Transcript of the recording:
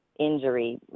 Injury